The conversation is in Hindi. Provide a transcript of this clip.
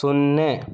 शून्य